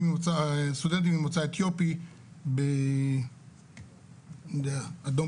וסטודנטים ממוצא אתיופי באדום.